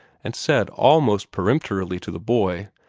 and said almost peremptorily to the boy,